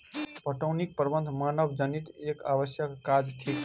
पटौनीक प्रबंध मानवजनीत एक आवश्यक काज थिक